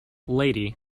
lady